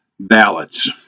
Ballots